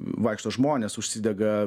vaikšto žmonės užsidega